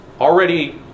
already